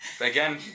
again